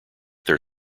their